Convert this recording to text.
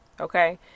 Okay